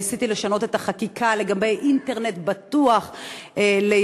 ניסיתי לשנות את החקיקה לגבי אינטרנט בטוח לילדים.